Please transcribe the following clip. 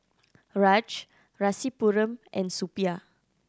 Raj Rasipuram and Suppiah